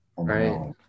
Right